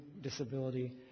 disability